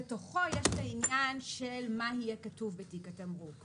בתוכו יש את העניין של מה יהיה כתוב בתיק התמרוק.